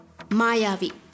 Mayavi